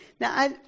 Now